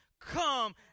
come